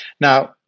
Now